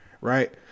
right